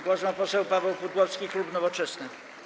Głos ma poseł Paweł Pudłowski, klub Nowoczesna.